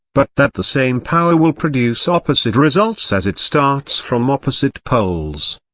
but that the same power will produce opposite results as it starts from opposite poles.